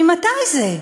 ממתי זה?